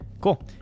Cool